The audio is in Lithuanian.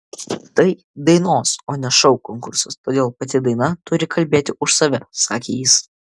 tai dainos o ne šou konkursas todėl pati daina turi kalbėti už save sakė jis